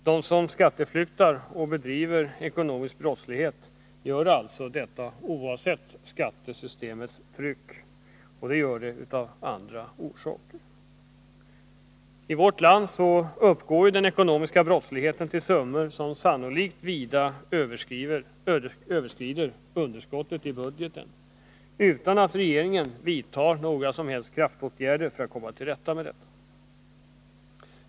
De som skatteflyktar och bedriver ekonomisk brottslighet gör alltså detta oavsett skattesystemets tryck — och de gör det av helt andra orsaker. I vårt land omsätter den ekonomiska brottsligheten summor som sannolikt vida överskrider underskottet i budgeten, utan att regeringen vidtar några som helst kraftåtgärder för att komma till rätta med detta.